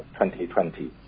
2020